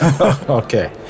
Okay